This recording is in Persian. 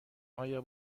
آیا